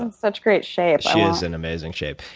and such great shape. she is in amazing shape.